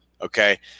okay